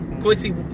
Quincy